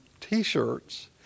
t-shirts